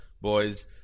boys